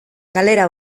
kalera